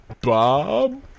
Bob